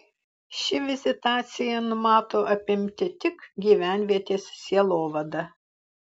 ši vizitacija numato apimti tik gyvenvietės sielovadą